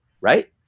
Right